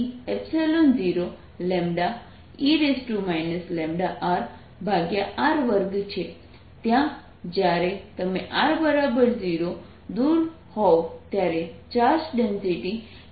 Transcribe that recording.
તો r C0e λrr2 છે ત્યાં જ્યારે તમે r 0 દૂર હોવ ત્યારે ચાર્જ ડેન્સિટી 0r2 છે